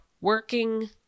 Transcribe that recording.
working